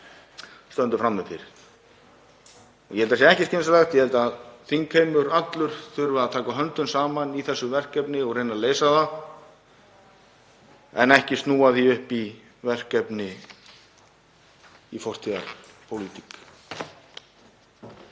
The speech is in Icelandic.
stöndum frammi fyrir sem ég held að sé ekki skynsamlegt. Ég held að þingheimur allur þurfi að taka höndum saman í þessu verkefni og reyna að leysa það en ekki snúa því upp í verkefni í fortíðarpólitík.